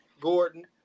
Gordon